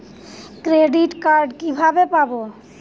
Credit card কিভাবে পাব?